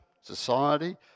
society